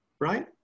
right